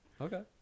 okay